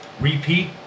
Repeat